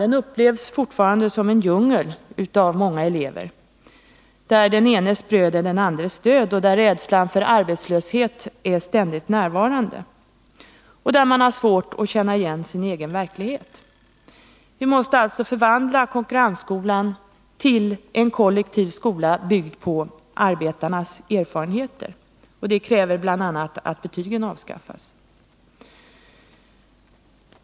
Den upplevs fortfarande av många elever som en djungel, där den enes bröd är den andres död, där rädslan för arbetslöshet är ständigt närvarande och där man har svårt att känna igen sin egen verklighet. Vi måste alltså förvandla konkurrensskolan till en kollektiv skola, byggd på arbetarnas erfarenheter. Det kräver bl.a. att betygen avskaffas.